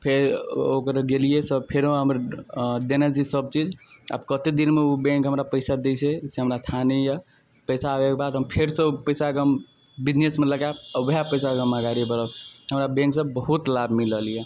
फेर ओकर गेलिए सब फेरो हम देने छी सब चीज आब कतेक दिनमे ओ बैँक हमरा पइसा दै छै से हमरा थाह नहि यऽ पइसा आबैके बाद हम फेरसे हम ओ पइसाके हम बिजनेसमे लगाएब आओर वएह पइसासे हम अगाड़ी बढ़ब हमरा बैँकसे बहुत लाभ मिलल यऽ